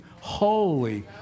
holy